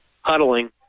huddling